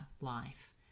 life